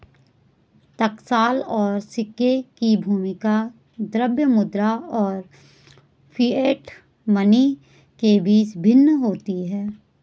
टकसाल और सिक्के की भूमिका द्रव्य मुद्रा और फिएट मनी के बीच भिन्न होती है